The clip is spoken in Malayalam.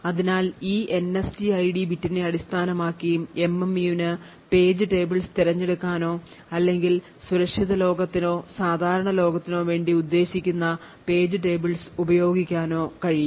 അതിനാൽ ഈ NSTID ബിറ്റിനെ അടിസ്ഥാനമാക്കി MMUന് page tables തിരഞ്ഞെടുക്കാനൊ അല്ലെങ്കിൽ സുരക്ഷിത ലോകത്തിനോ സാധാരണ ലോകത്തിനോ വേണ്ടി ഉദ്ദേശിക്കുന്ന page tables ഉപയോഗിക്കാനൊ കഴിയും